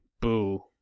boo